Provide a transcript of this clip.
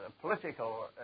political